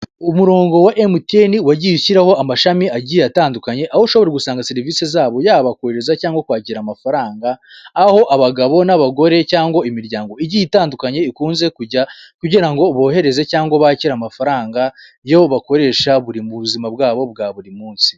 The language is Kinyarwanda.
Umurongo wa MTN wagiye ushyiraho amashami agiye atandukanye, aho ushobora gusanga serivisi zabo yaba kohereza cyangwa kwakira amafaranga, aho abagabo n'abagore cyangwa imiryango igiye itandukanye ikunze kujya kugira ngo bohereze cyangwa bakire amafaranga yo bakoresha mu buzima bwabo bwa buri munsi.